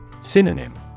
Synonym